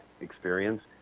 experience